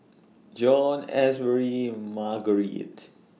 Jon Asbury Margarite